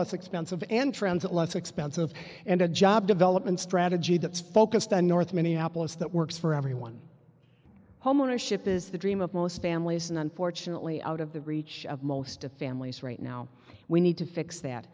less expensive and transit less expensive and a job development strategy that's focused on north minneapolis that works for everyone homeownership is the dream of most families and unfortunately out of the reach of most of families right now we need to fix that